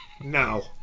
No